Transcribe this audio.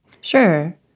Sure